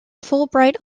fulbright